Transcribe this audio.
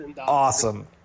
awesome